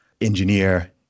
engineer